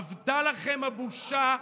אבדה לכם הבושה.